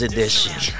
Edition